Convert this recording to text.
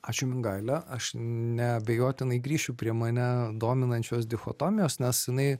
ačiū mingaile aš neabejotinai grįšiu prie mane dominančios dichotomijos nes jinai